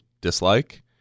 dislike